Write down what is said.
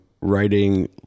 writing